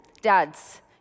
Dads